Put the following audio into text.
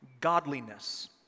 godliness